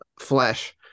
flesh